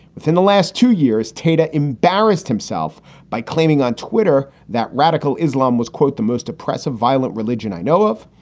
within the last two years, tatta embarrassed himself by claiming on twitter that radical islam was, quote, the most oppressive, violent religion i know of,